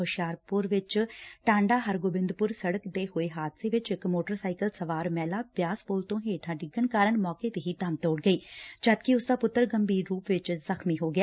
ਹੁਸ਼ਿਆਰਪੁਰ ਚ ਟਾਂਡਾ ਹਰਗੋਬਿੰਦਪੁਰ ਸੜਕ ਤੇ ਹੋਏ ਹਾਦਸੇ ਚ ਇਕ ਮੋਟਰ ਸਾਇਕਲ ਸਵਾਰ ਮਹਿਲਾ ਬਿਆਸ ਦਰਿਆ ਪੁਲ ਤੋਂ ਹੇਠਾਂ ਡਿੱਗਣ ਕਾਰਨ ਮੌਕੇ ਤੇ ਹੀ ਦਮ ਤੋੜ ਗਈ ਜਦਕਿ ਉਸਦਾ ਪੁੱਤਰ ਗੰਭੀਰ ਰੁਪ ਵਿਚ ਜ਼ਖ਼ਮੀ ਹੋ ਗਿਆ